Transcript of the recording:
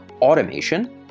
Automation